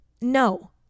No